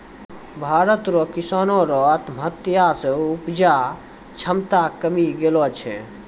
भारत रो किसानो रो आत्महत्या से उपजा क्षमता कमी गेलो छै